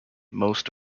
most